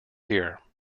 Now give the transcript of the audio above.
here